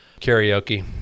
Karaoke